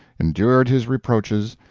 endured his reproaches,